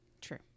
True